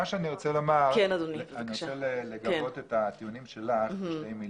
אני רוצה לגבות את הטיעונים שלך בשתי מלים.